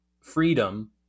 freedom